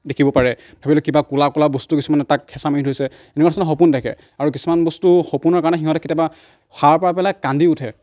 দেখিব পাৰে ধৰি লওক কিবা ক'লা ক'লা বস্তু কিছুমানে তাক হেঁচা মাৰি ধৰিছে এনেকুৱা ধৰণৰ সপোন দেখে আৰু কিছুমান বস্তু সপোনৰ কাৰণে সিহঁতে কেতিয়াবা সাৰ পাই পেলাই কান্দি উঠে